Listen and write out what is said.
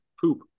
poop